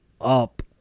up